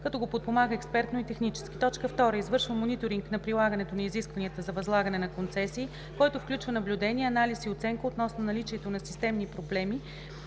като го подпомага експертно и технически; 2. извършва мониторинг на прилагането на изискванията за възлагане на концесии, който включва наблюдение, анализ и оценка относно наличието на системни проблеми,